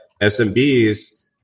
SMBs